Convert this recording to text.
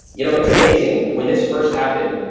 you know it's amazing when this first happened,